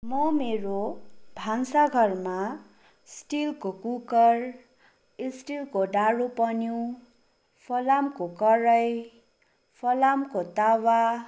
म मेरो भान्सा घरमा स्टिलको कुकर स्टिलको डाडु पन्यू फलामको कराई फलामको तावा